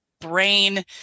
brain